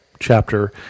chapter